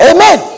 Amen